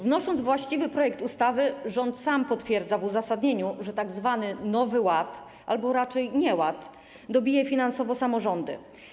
Wnosząc właściwy projekt ustawy, rząd sam potwierdza w uzasadnieniu, że tzw. Nowy Ład, albo raczej nieład, dobije finansowo samorządy.